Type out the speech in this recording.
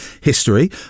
history